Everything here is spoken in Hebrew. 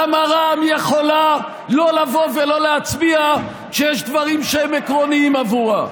למה רע"ם יכולה לא לבוא ולא להצביע כשיש דברים שהם עקרוניים בעבורה?